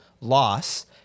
loss